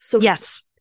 Yes